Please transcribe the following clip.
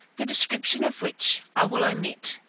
the description of which i will omit,